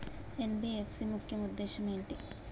NBFC ముఖ్య ఉద్దేశం ఏంటి?